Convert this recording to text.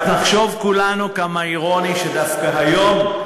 רק נחשוב כולנו כמה אירוני שדווקא היום,